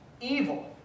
evil